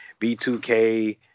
B2K